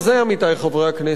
עמיתי חברי הכנסת,